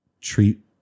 treat